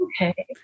Okay